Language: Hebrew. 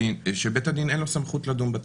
שלבית הדין אין סמכות לדון בתיק,